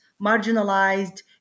marginalized